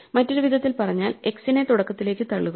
മറ്റൊരു വിധത്തിൽ പറഞ്ഞാൽ x നെ തുടക്കത്തിലേക്കു തള്ളുക